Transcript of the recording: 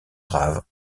grave